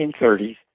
1930s